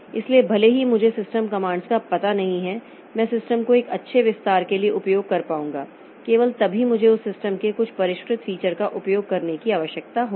इसलिए भले ही मुझे सिस्टम कमांड्स का पता नहीं है मैं सिस्टम को एक अच्छे विस्तार के लिए उपयोग कर पाऊंगा केवल तभी मुझे उस सिस्टम के कुछ परिष्कृत फीचर का उपयोग करने की आवश्यकता होगी